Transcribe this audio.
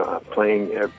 playing